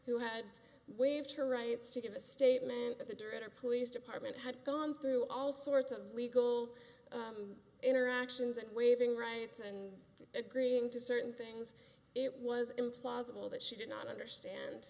who had waived her rights to give a statement at the door at a police department had gone through all sorts of legal interactions and waiving rights and agreeing to certain things it was implausible that she did not understand